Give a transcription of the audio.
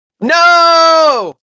No